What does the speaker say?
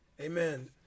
Amen